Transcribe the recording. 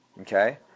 Okay